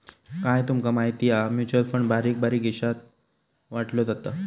काय तूमका माहिती हा? म्युचल फंड बारीक बारीक हिशात वाटलो जाता